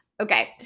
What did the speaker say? Okay